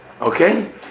okay